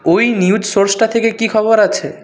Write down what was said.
ওই নিউজ সোর্সটা থেকে কী খবর আছে